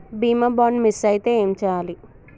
బీమా bond miss అయితే ఏం చేయాలి?